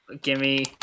Gimme